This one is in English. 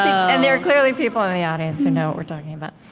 and there are clearly people in the audience who know what we're talking about.